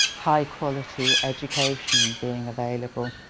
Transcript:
high quality education being available.